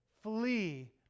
flee